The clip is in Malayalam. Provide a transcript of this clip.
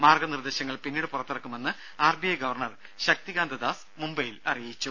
മാർഗനിർദ്ദേശങ്ങൾ പിന്നീട് പുറത്തിറക്കുമെന്ന് R B I governor Shaktikanta Das മുംബൈയിൽ അറിയിച്ചു